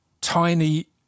tiny